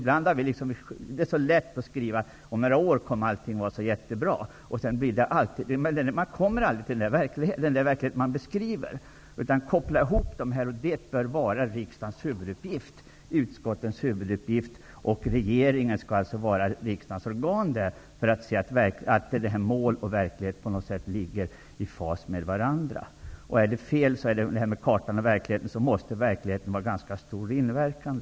Det är så lätt att skriva att allt kommer att vara jättebra om några år, men man kommer aldrig till den verklighet man beskriver. Koppla i stället ihop det här! Det bör vara riksdagens och utskottens huvuduppgift, och regeringen skall vara riksdagens organ för kontroll av att mål och verklighet ligger i fas med varandra. Skiljer sig kartan och verkligheten åt, måste verkligheten ha en ganska stor inverkan.